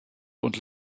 und